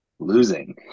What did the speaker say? Losing